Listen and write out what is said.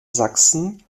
sachsen